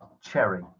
Cherry